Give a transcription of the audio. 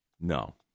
No